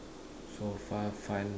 so far fun